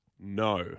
No